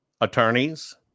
Attorneys